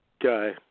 guy